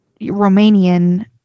Romanian